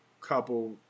couple